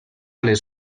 les